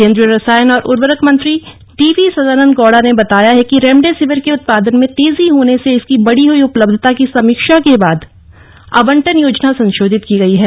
केन्द्रीय रसायन और उर्वरक मंत्री डी वी सदानन्द गौड़ा ने बताया है कि रेमडेसिविर के उत्पादन में तेजी होने से इसकी बढ़ी हुई उपलब्यता की समीक्षा के बाद आवंटन योजना संशोधित की गई है